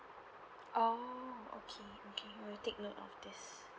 orh okay okay will take note of this